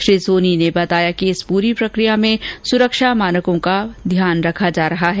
श्री सोनी ने बताया कि इस पूरी प्रक्रिया में सुरक्षा मानकों का ध्यान रखा जा रहा है